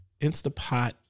Instapot